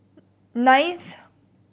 ninth